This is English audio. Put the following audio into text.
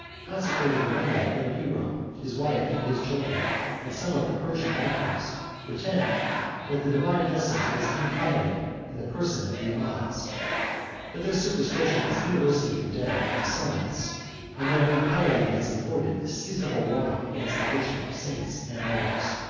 consecrated the memory of their hero, his wife, and his children and some of the persian doctors pretend that the divine essence was incarnate in the person of the imams but their superstition is universally condemned by the sonnites and their impiety has afforded a seasonable warning against the worship of saints and martyrs.